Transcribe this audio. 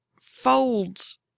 folds